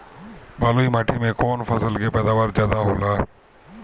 बालुई माटी में कौन फसल के पैदावार ज्यादा होला?